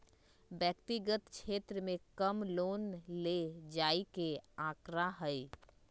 व्यक्तिगत क्षेत्र में कम लोन ले जाये के आंकडा हई